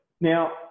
Now